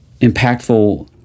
impactful